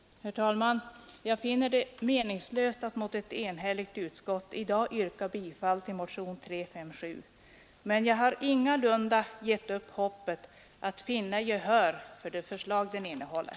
Herr talman! Jag finner det meningslöst att mot ett enhälligt utskott i dag yrka bifall till motionen 357, men jag har ingalunda gett upp hoppet att finna gehör för de förslag den innehåller.